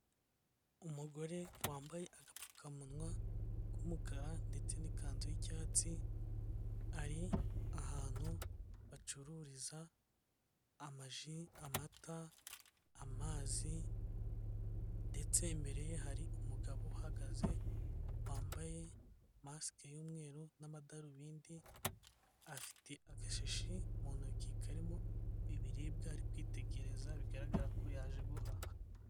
Umugore wambaye agapfukamunwa k'umukara ndetse n'ikanzu y'icyatsi, ari ahantu bacururiza amaji, amata, amazi ndetse imbere ye hari umugabo uhagaze wambaye masike y'umweru n'amadarubindi, afite agashishi mu ntoki karimo ibiribwa ari kwitegereza bigaragara ko yaje guhaha.